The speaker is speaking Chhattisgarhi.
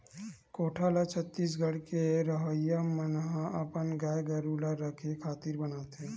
कोठा ल छत्तीसगढ़ के रहवइया मन ह अपन गाय गरु ल रखे खातिर बनाथे